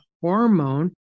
hormone